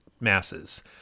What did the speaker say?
masses